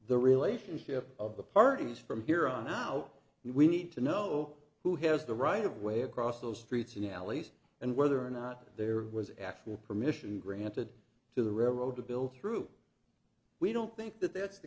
the relationship of the parties from here on out and we need to know who has the right of way across those streets and alleys and whether or not there was actual permission granted to the reverend to bill through we don't think that that's the